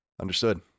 Understood